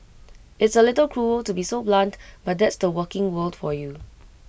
it's A little cruel to be so blunt but that's the working world for you